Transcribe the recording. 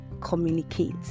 communicate